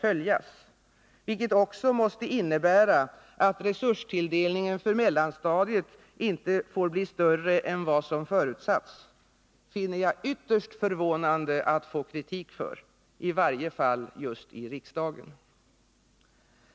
följas, vilket också måste innebära att resurstilldelningen för mellanstadiet inte får bli större än vad som förutsattes, finner jag ytterst förvånande att få kritik för, i varje fall just i riksdagen.